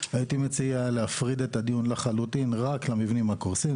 ואני מציע להפריד את הדיון לחלוטין ולמקד אותו רק למבנים הקורסים.